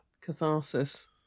catharsis